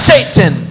Satan